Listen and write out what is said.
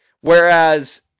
Whereas